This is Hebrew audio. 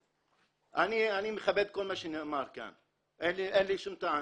אני מכבד כל מה שנאמר כאן, אין לי שום טענה,